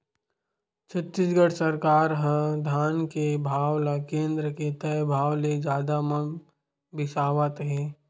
छत्तीसगढ़ सरकार ह धान के भाव ल केन्द्र के तय भाव ले जादा म बिसावत हे